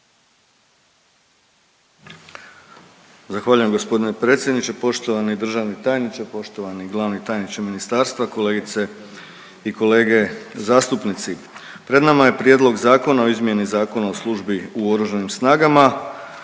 Zahvaljujem gospodine predsjedniče. Poštovani državni tajniče, poštovani glavni tajniče ministarstva, kolegice i kolege zastupnici. Pred nama je Prijedlog zakona o izmjeni Zakona o službi u oružanim snagama